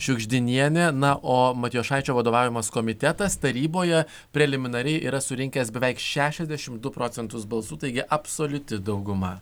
šiugždinienė na o matijošaičio vadovaujamas komitetas taryboje preliminariai yra surinkęs beveik šešiasdešimt du procentus balsų taigi absoliuti dauguma